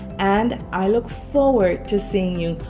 and i look forward to seeing you.